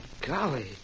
Golly